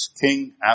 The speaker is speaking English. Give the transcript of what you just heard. King